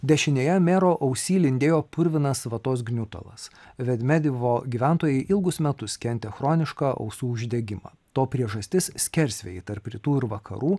dešinėje mero ausy lindėjo purvinas vatos gniutalas vedmedivo gyventojai ilgus metus kentė chronišką ausų uždegimą to priežastis skersvėjai tarp rytų ir vakarų